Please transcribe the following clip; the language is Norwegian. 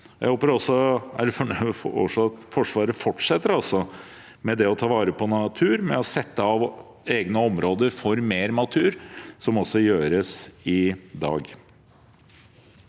Jeg håper også at Forsvaret fortsetter med å ta vare på natur og sette av egne områder for mer natur, slik det gjøres i dag.